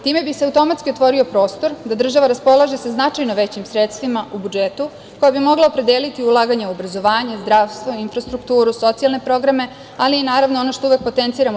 Time bi se automatski otvorio prostor da država raspolaže sa značajno većim sredstvima u budžetu, koja bi mogla opredeliti ulaganje u obrazovanje, zdravstvo, infrastrukturu, socijalne programe, ali i na ulaganje u kulturu.